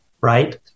right